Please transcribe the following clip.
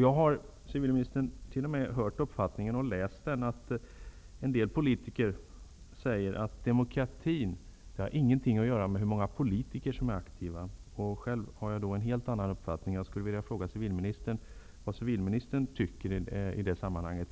Jag har t.o.m. hört och läst att en del politiker anser att demokrati har ingenting att göra med hur många politiker som är aktiva. Själv har jag en helt annan uppfattning. Vad anser civilministern i detta sammanhang?